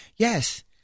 Yes